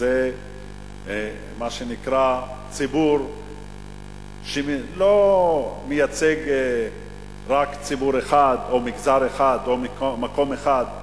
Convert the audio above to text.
וזה מה שנקרא ציבור שלא מייצג רק ציבור אחד או מגזר אחד או מקום אחד,